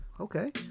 Okay